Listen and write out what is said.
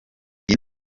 iyi